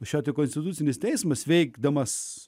šią konstitucinis teismas veikdamas